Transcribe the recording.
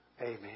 Amen